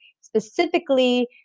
specifically